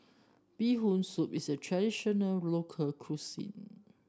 Bee Hoon Soup is a traditional local cuisine